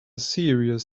serious